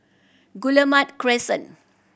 Guillemard Crescent